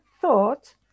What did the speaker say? thought